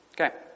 Okay